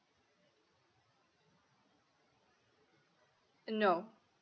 no